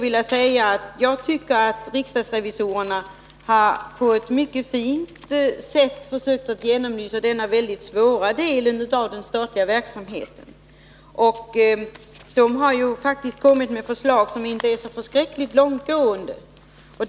Till slut: Jag tycker att riksdagsrevisorerna på ett mycket fint sätt har försökt att belysa denna mycket svåra del av den statliga verksamheten. De har kommit med förslag som inte är så väldigt långtgående.